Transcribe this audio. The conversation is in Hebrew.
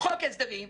חוק הסדרים,